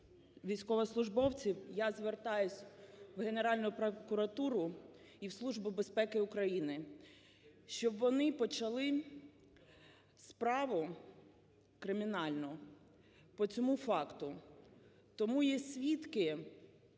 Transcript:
військовослужбовців я звертаюсь в Генеральну прокуратуру і в Службу безпеки України, щоб вони почали справу кримінальну по цьому факту. Тому є свідки,